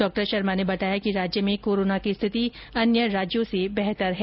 डॉ शर्मा ने बताया कि राज्य में कोरोना की स्थिति अन्य राज्यों से बेहतर है